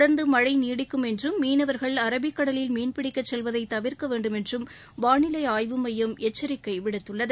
தொடர்ந்து மழை நீடிக்கும் என்றும் மீனவர்கள் அரபிக்கடலில் மீன்பிடிக்கச் செல்வதை தவிர்க்க வேண்டுமென்றும் வானிலை ஆய்வு மையம் எச்சரிக்கை விடுத்துள்ளது